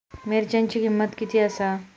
मिरच्यांची किंमत किती आसा?